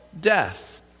death